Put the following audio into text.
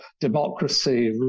democracy